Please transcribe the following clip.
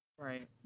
right